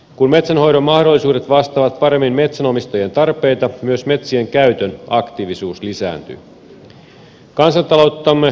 kun metsänhoidon mahdollisuudet vastaavat paremmin metsänomistajien tarpeita myös metsien käytön aktiivisuus lisääntyy